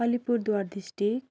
Alipurduar district